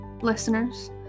listeners